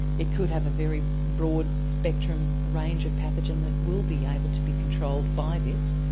it could have a very broad-spectrum range of pathogen that will be able to be controlled by this,